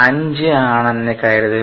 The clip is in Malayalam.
5 ആണെന്ന് കരുതുക